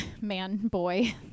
man-boy